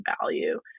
value